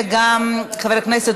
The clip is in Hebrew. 49 חברי כנסת,